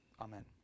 Amen